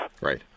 Right